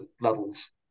levels